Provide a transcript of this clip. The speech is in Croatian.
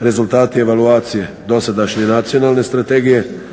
rezultati evaluacije dosadašnje Nacionalne strategije,